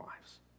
lives